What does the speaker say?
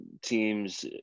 teams